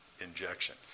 injection